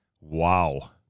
Wow